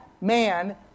man